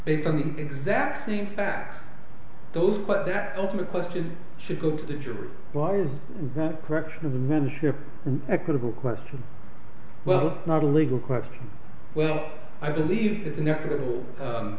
based on the exact same facts those but that ultimate question should go to the jury that correction of the membership equitable question well not a legal question well i believe it's inevitable